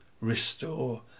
restore